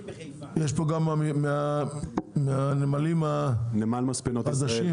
יש פה גם מהנמלים החדשים?